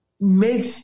made